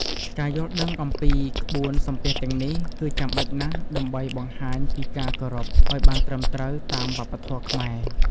ការយល់ដឹងអំពីក្បួនសំពះទាំងនេះ គឺចាំបាច់ណាស់ដើម្បីបង្ហាញពីការគោរពឲ្យបានត្រឹមត្រូវតាមវប្បធម៌ខ្មែរ។